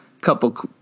couple